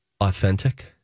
authentic